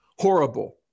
horrible